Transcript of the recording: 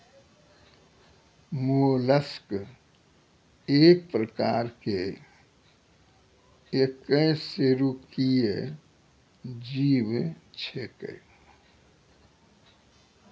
mollusc एक प्रकार के अकेशेरुकीय जीव छेकै